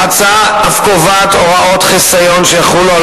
ההצעה אף קובעת הוראות חיסיון שיחולו על